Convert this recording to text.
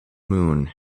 moon